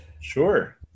Sure